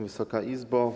Wysoka Izbo!